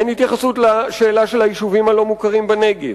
אין התייחסות לשאלה של היישובים הלא-מוכרים בנגב,